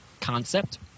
concept